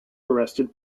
arrested